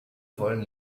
wollen